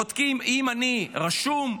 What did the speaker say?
בודקים אם אני רשום,